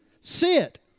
Sit